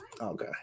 Okay